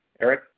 Eric